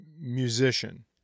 Musician